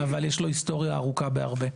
אבל יש לו היסטוריה ארוכה בהרבה.